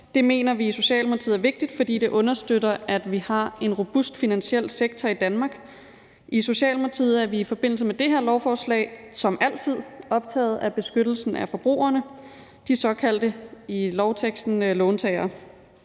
Det mener vi i Socialdemokratiet er vigtigt, fordi det understøtter, at vi har en robust finansiel sektor i Danmark. I Socialdemokratiet er vi i forbindelse med det her lovforslag som altid optaget af beskyttelsen af forbrugerne, de i lovteksten såkaldte låntagere.